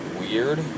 weird